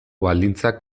baldintzak